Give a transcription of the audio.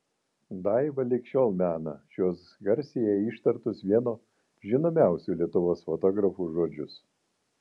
daiva lig šiol mena šiuos garsiai jai ištartus vieno žinomiausių lietuvos fotografų žodžius